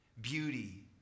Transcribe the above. beauty